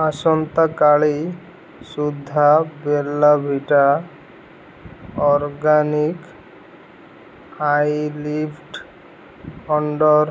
ଆସନ୍ତା କାଲି ସୁଦ୍ଧା Bella Vita organic eyelift under